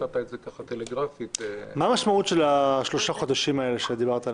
מה משמעות שלושת החודשים שדברת עליהם?